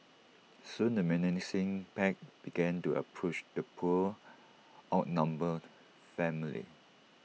soon the menacing pack began to approach the poor outnumbered family